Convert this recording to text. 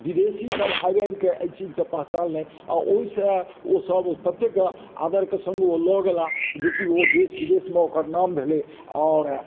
विदेशी सब आबि आबिके अइ चीजके पहचानलनि आओर ओइसँ ओ सब ततेक आदरके सङ्ग ओ लए गेला जे कि ओ देश विदेशमे ओकर नाम भेलय आओर